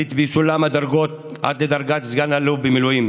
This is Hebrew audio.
עליתי בסולם הדרגות עד לדרגת סגן-אלוף במילואים,